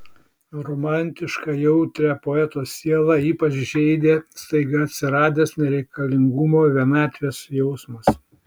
romantišką jautrią poeto sielą ypač žeidė staiga atsiradęs nereikalingumo vienatvės jausmas